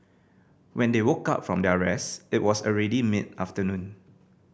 when they woke up from their rest it was already mid afternoon